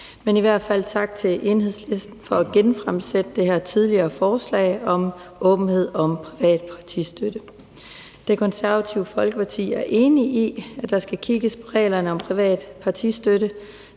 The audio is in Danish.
lidt bøvl i dag. Tak til Enhedslisten for at genfremsætte det her forslag om åbenhed om privat partistøtte. Det Konservative Folkeparti er enige i, at der skal kigges på reglerne om privat partistøtte.